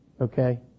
Okay